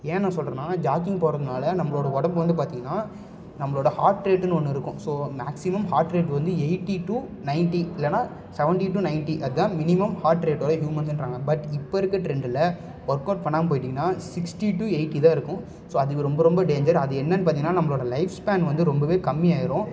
ஏன் நான் சொல்லுறேன்னா ஜாகிங் போகறதுனால நம்பளோட உடம்பு வந்து பார்த்திங்கன்னா நம்பளோட ஹார்ட் ரேட்னு ஒன்று இருக்கும் ஸோ மேக்சிமம் ஹார்ட் ரேட் வந்து எயிட்டி டூ நைன்டி இல்லைனா செவன்ட்டி டூ நைன்டி அதான் மினிமம் ஹார்ட் ரேட் அதாவது ஹியூமென்ஸுங்கிறாங்க பட் இப்போ இருக்கிற ட்ரெண்டில் ஒர்க் அவுட் பண்ணாமல் போயிவிட்டிங்கன்னா சிக்ஸ்ட்டி டூ எயிட்டி தான் இருக்கும் ஸோ அது ரொம்ப ரொம்ப டேஞ்ஜர் அது என்னென்னு பார்த்திங்கன்னா நம்பளோட லைஃப் ஸ்பான் வந்து ரொம்பவே கம்மியாயிரும்